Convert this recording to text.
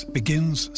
begins